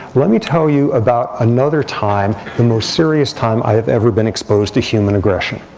let me tell you about another time, the most serious time i have ever been exposed to human aggression.